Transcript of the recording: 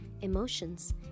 emotions